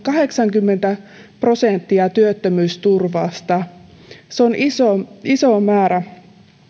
kahdeksankymmentä prosenttia työttömyysturvasta se on iso iso määrä